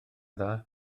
dda